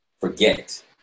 forget